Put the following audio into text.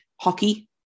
hockey